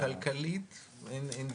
כלכלית אין ויכוח.